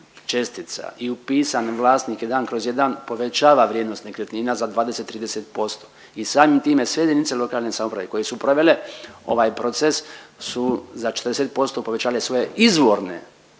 čestica i upisan vlasnik 1/1 povećava vrijednost nekretnina za 20-30% i samim time sve JLS koje su provele ovaj proces su za 40% povećale svoje izvorne